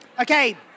Okay